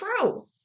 true